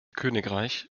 königreich